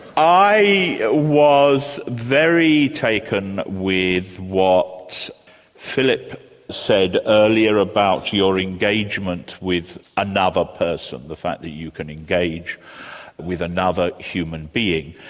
i was very taken with what philip said earlier about your engagement with another person, the fact that you can engage with another human being,